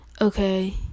okay